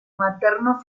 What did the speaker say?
materno